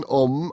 om